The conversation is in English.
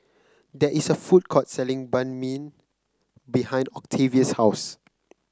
there is a food court selling Banh Mi behind Octavius' house